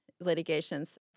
litigations